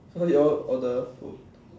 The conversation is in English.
so you all order food